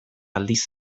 aldiz